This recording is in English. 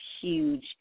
huge